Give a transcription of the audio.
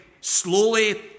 slowly